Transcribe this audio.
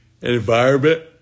Environment